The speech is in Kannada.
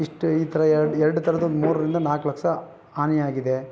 ಇಷ್ಟು ಈ ಥರ ಎರಡು ಎರಡು ಥರದ್ದು ಮೂರರಿಂದ ನಾಲ್ಕು ಲಕ್ಷ ಹಾನಿಯಾಗಿದೆ